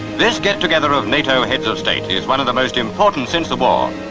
this get-together of nato heads of state is one of the most important since the war.